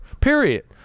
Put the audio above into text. period